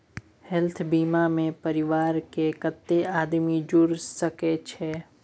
Health बीमा मे परिवार के कत्ते आदमी जुर सके छै?